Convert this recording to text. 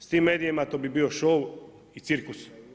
S tim medijima to bi bio show i cirkus.